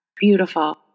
beautiful